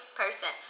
person